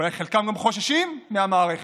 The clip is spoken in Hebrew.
ואולי חלקם גם חוששים מהמערכת